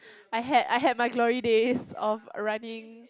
I had I had my glory days of running